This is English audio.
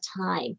time